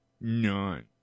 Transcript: None